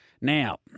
Now